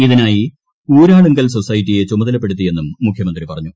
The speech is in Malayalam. ഇതിനായി ഊരാളുങ്കൽ സൊസൈറ്റിയെ ചുമതലപ്പെടുത്തിയെന്നും മുഖ്യമന്ത്രി പറഞ്ഞു